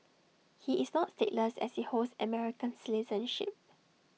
he is not stateless as he holds American citizenship